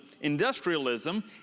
industrialism